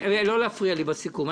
לא להפריע לי בסיכום.